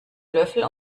löffel